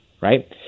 right